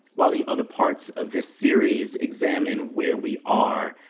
while the other parts of this series examine where we are,